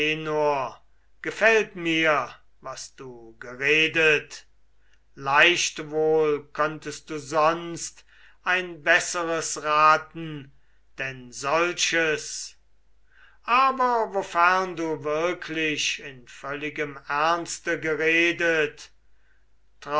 gefällt mir was du geredet leicht wohl könntest du sonst ein besseres raten denn solches aber wofern du wirklich in völligem ernste geredet